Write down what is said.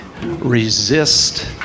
Resist